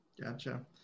Gotcha